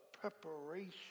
preparation